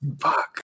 Fuck